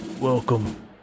Welcome